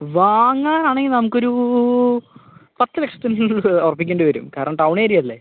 വാങ്ങാനാണെങ്കിൽ നമുക്കൊരു പത്തുലക്ഷത്തിൽ ഉറപ്പിക്കേണ്ടിവരും കാരണം ടൗൺ ഏരിയയല്ലെ